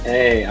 Hey